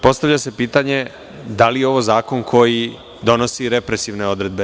Postavlja se pitanje – da li je ovo zakon koji donosi represivne odredbe?